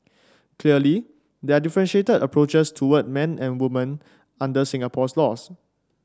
clearly there are differentiated approaches toward men and women under Singapore's laws